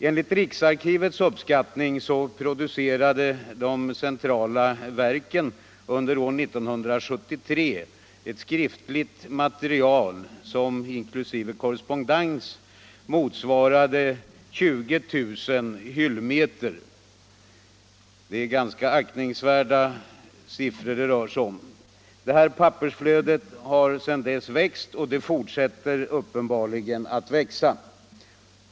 Enligt riksarkivets uppskattning producerade de centrala verken under år 1973 ett skriftligt material, som inkl. korrespondens motsvarar 20 000 hyllmeter. Det är ganska aktningsvärda siffror! Pappersflödet har sedan dess växt, och det fortsätter uppenbarligen att växa.